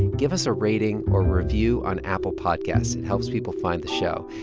give us a rating or review on apple podcasts. it helps people find the show.